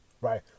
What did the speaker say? right